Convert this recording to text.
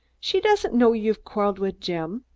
she doesn't know you've quarreled with jim.